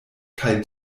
kaj